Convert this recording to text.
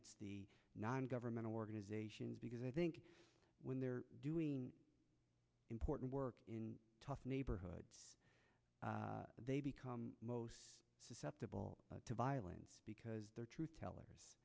the non governmental organizations because i think when they're doing important work in tough neighborhoods they become most susceptible to violence because their true t